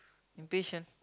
impatient